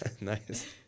Nice